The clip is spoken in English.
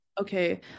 okay